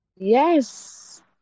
Yes